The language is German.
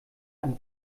ein